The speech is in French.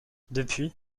depuis